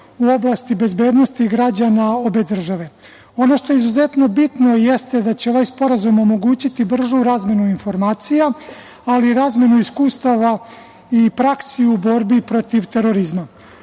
u oblasti bezbednosti građana obe države. Ono što je izuzetno bitno jeste da će ovaj sporazum omogućiti bržu razmenu informacija, ali i razmenu iskustava i praksi u borbi protiv terorizma.